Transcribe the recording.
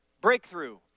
breakthrough